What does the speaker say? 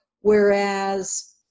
whereas